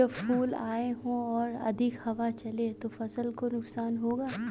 जब फूल आए हों और अधिक हवा चले तो फसल को नुकसान होगा?